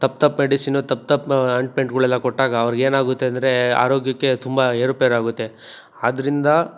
ತಪ್ಪು ತಪ್ಪು ಮೆಡಿಸಿನು ತಪ್ಪು ತಪ್ಪು ಆಯಿಂಟ್ಮೆಂಟ್ಗಳೆಲ್ಲ ಕೊಟ್ಟಾಗ ಅವ್ರಿಗೆ ಏನಾಗುತ್ತೆ ಅಂದರೆ ಆರೋಗ್ಯಕ್ಕೆ ತುಂಬ ಏರುಪೇರಾಗುತ್ತೆ ಆದ್ರಿಂದ